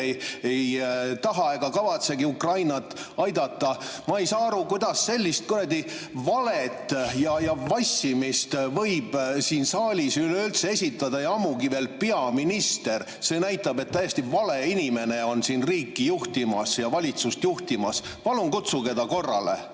ei taha ega kavatsegi Ukrainat aidata. Ma ei saa aru, kuidas sellist valet ja vassimist võib siin saalis üleüldse esitada, ammugi veel peaminister. See näitab, et täiesti vale inimene on riiki juhtimas ja valitsust juhtimas. Palun kutsuge ta korrale!